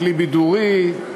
כלי בידורי,